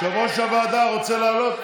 יושב-ראש הוועדה רוצה לעלות?